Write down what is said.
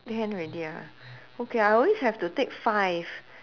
can already ah okay I always have to take five